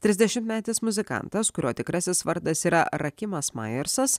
trisdešimtmetis muzikantas kurio tikrasis vardas yra rakimas maersas